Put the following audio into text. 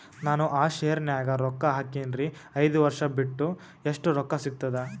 ನಾನು ಆ ಶೇರ ನ್ಯಾಗ ರೊಕ್ಕ ಹಾಕಿನ್ರಿ, ಐದ ವರ್ಷ ಬಿಟ್ಟು ಎಷ್ಟ ರೊಕ್ಕ ಸಿಗ್ತದ?